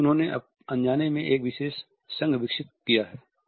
क्योंकि उन्होंने अनजाने में एक विशेष संघ विकसित किया है